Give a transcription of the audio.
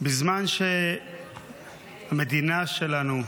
בזמן שהמדינה שלנו,